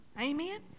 Amen